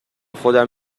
خودم